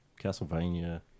Castlevania